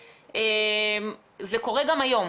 לחולים פלשתינים (תיירות מרפא) והיעדר תו סגול במחסומים.